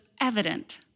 evident